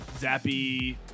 zappy